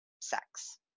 sex